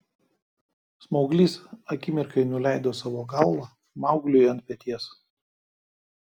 smauglys akimirkai nuleido savo galvą maugliui ant peties